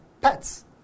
pets